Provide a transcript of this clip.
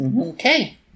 Okay